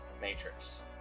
Matrix